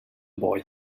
boy